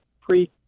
pre